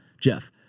Jeff